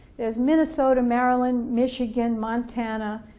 there's minnesota, maryland, michigan, montana